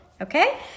okay